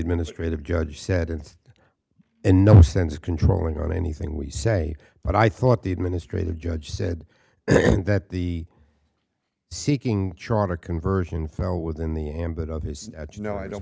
administrators judge said in another sense is controlling on anything we say but i thought the administrative judge said that the seeking charter conversion fell within the ambit of his at you know i don't